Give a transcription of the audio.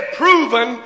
proven